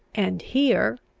and here,